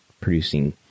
producing